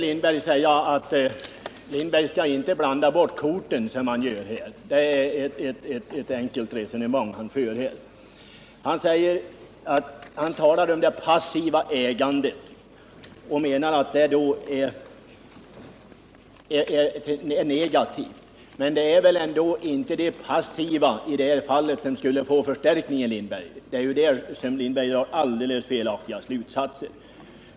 Herr talman! Sven Lindberg bör inte blanda bort korten på det sätt som han gör. Det är ett alltför enkelt resonemang han för. Han säger att det passiva ägandet här skulle få en förstärkning. Så är det ju inte — här drar Sven Lindberg alldeles felaktiga slutsatser. De passiva brukarna får inte några tillköp.